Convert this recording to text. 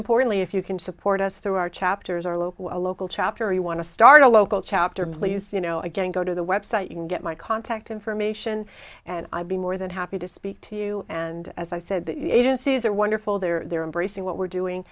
importantly if you can support us through our chapters our local a local chapter you want to start a local chapter of blues you know again go to the website you can get my contact information and i would be more than happy to speak to you and as i said the agencies are wonderful they're embracing what we're doing